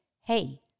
hey